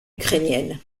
ukrainienne